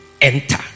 enter